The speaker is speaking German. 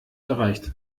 erreicht